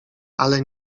ale